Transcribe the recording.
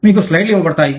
మీకు స్లైడ్లు ఇవ్వబడతాయి